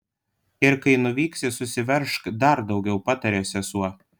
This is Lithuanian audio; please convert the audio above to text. ir kai nuvyksi susiveržk dar daugiau patarė sesuo